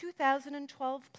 2012